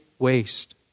Waste